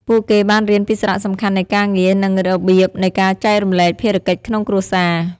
ពួកគេបានរៀនពីសារៈសំខាន់នៃការងារ និងរបៀបនៃការចែករំលែកភារកិច្ចក្នុងគ្រួសារ។